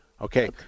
Okay